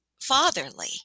fatherly